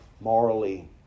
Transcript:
morally